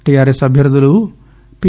TRS అభ్యర్లులు P